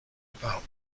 about